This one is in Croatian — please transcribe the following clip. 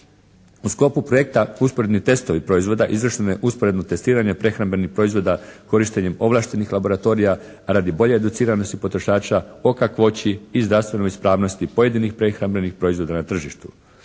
U sklopu projekta usporedni testovi proizvoda izvršeno je usporedno testiranje prehrambenih proizvoda korištenjem ovlaštenih laboratorija radi bolje educiranosti potrošača o kakvoći i zdravstvenoj ispravnosti pojedinih prehrambenih proizvoda na tržištu.